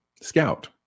Scout